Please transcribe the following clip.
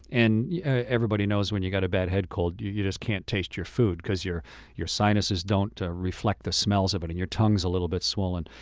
and yeah everybody knows when you get a bad head cold, you you just can't taste your food because your your sinuses don't reflect the smells of it. and your tongue is a little bit swollen.